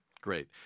Great